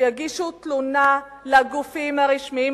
שיגישו תלונה לגופים הרשמיים,